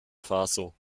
faso